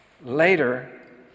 Later